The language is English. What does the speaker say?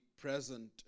present